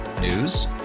News